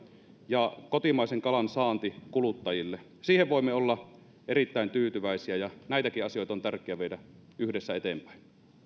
ja kotimaisen kalan saanti kuluttajille siihen voimme olla erittäin tyytyväisiä ja näitäkin asioita on tärkeää viedä yhdessä eteenpäin